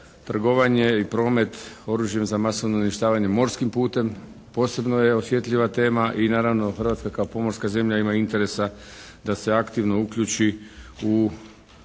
trgovanje i promet oružjem za masovno uništavanje morskim putem posebno je osjetljiva tema i naravno Hrvatska kao pomorska zemlja ima interesa da se aktivno uključi u